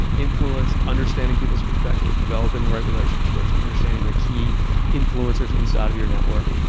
influence, understanding people's perspectives, developing the right relationships, understanding the key influencers inside of your network.